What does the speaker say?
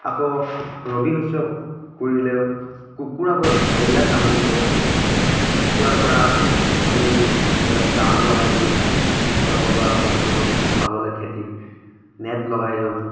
আকৌ ৰবি শস্য় কৰিলেও কুকুৰাবোৰে বেলেগ আমনি কৰে কুকুৰাৰ পৰা আমি জা জাল লগাই দিওঁ কুকুৰাবোৰৰ পৰা বাচিব বচাবলৈ খেতিত নেট লগাই দিওঁ